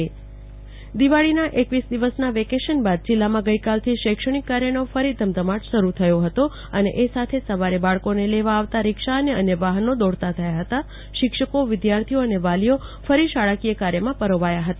કલ્પના Shah Diwali vacation બાદ ફરી શૈક્ષણિક કાર્યનો ધમધમાટ દિવાળીના વેકેશન બ્રાદ જિલ્લામાં ગેઈફાલથી શૈક્ષણિક કાર્યનો ફરી ધમધમાટ શરૂ થયો હતો અને એ સાથે સવારે બાળકોને લેવા આવતા રિક્ષા અને અન્ય વાહનો દોડતા થયા હતા શિક્ષકોવિધાર્થીઓ અને વાલીઓ ફરી શાળાકીય કાર્યમાં પરોવાયા હતા